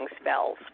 spells